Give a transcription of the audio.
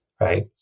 Right